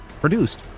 Produced